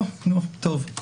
או, נו, טוב.